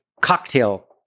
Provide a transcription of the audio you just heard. cocktail